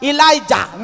Elijah